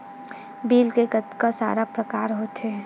Bill के कतका सारा प्रकार होथे?